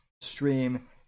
stream